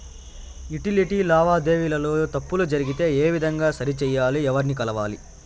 Utility లావాదేవీల లో తప్పులు జరిగితే ఏ విధంగా సరిచెయ్యాలి? ఎవర్ని కలవాలి?